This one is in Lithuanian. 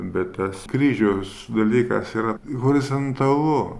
bet tas kryžius dalykas yra horizontalu